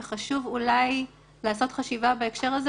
וחשוב אולי לעשות חשיבה בהקשר הזה.